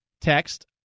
Text